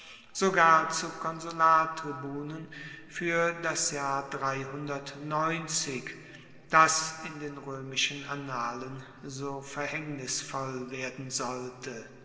sogar zur konsulartribunen fuer das jahr das in den roemischen annalen so verhaengnisvoll werden sollte